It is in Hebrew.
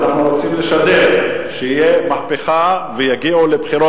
ואנחנו רוצים לשדר שתהיה מהפכה ויגיעו לבחירות